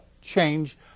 change